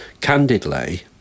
candidly